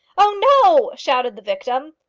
oh, no! shouted the victim.